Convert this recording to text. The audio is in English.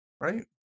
right